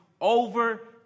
over